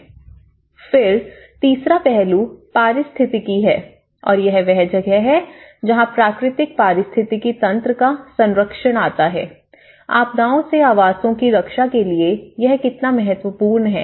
फिर तीसरा पहलू पारिस्थितिकी है और यह वह जगह है जहां प्राकृतिक पारिस्थितिकी तंत्र का संरक्षण आता है आपदाओं से आवासों की रक्षा के लिए यह कितना महत्वपूर्ण है